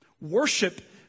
Worship